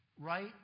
right